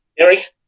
Eric